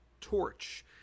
torch